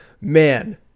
man